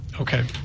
Okay